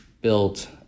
built